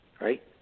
right